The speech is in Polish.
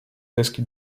deski